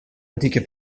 antiche